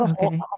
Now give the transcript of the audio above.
okay